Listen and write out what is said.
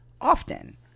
often